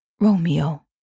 Romeo